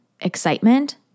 excitement